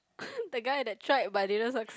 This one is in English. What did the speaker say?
the guy that tried but didn't suc~